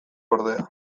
ordea